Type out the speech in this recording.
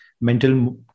mental